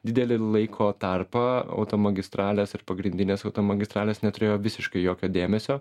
didelį laiko tarpą automagistralės ir pagrindinės automagistralės neturėjo visiškai jokio dėmesio